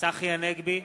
צחי הנגבי,